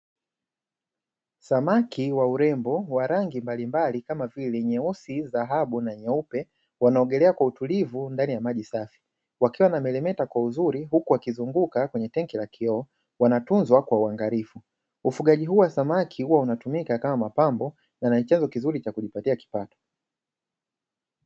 Samaki wa urembo wa rangi mbalimbali kama vile; nyeusi, nyeusi na dhahabu wanaogelea kwa utulivu ndani ya maji safi, wakiwa wanameremeta kwa uzuri huku wakizunguka kwenye tenki la kioo, wakitunzwa kwa uangalifu ufugaji huu wa samaki hutumika kama mapambo na chanzo kizuri cha kujipatia mapato.